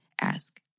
ask